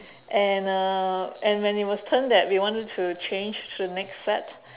and uh and when it was turn that we wanted to change to the next set